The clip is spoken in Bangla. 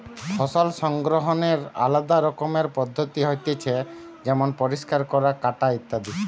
ফসল সংগ্রহনের আলদা রকমের পদ্ধতি হতিছে যেমন পরিষ্কার করা, কাটা ইত্যাদি